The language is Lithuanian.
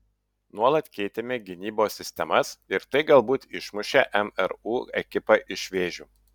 nuolat keitėme gynybos sistemas ir tai galbūt išmušė mru ekipą iš vėžių